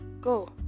Go